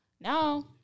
no